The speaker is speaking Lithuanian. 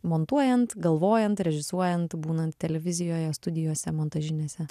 montuojant galvojant režisuojant būnant televizijoje studijose montažinėse